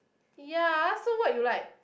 ya ah so what you like